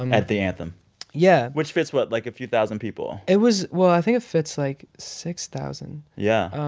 um at the anthem yeah which fits what? like, a few thousand people it was well, i think it fits, like, six thousand. yeah.